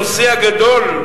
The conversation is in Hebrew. הנושא הגדול,